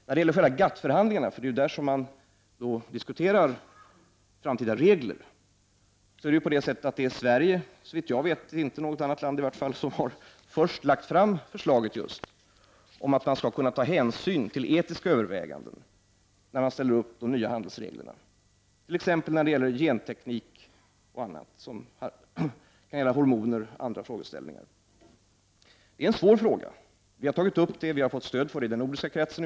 När det gäller GATT-förhandlingarna — och det är där man diskuterar framtida regler — är Sverige såvitt jag vet först med att lägga fram förslaget om att man skall kunna ta hänsyn till etiska överväganden när man ställer upp nya handelsregler, t.ex. när det gäller genteknik, användning av hormoner och andra frågeställningar. Det är en svår fråga. Vi har tagit upp den och fått stöd utan svårighet i den nordiska kretsen.